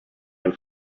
and